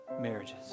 marriages